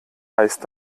heißt